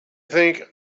think